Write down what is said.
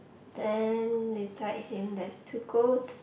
then beside him there's two ghosts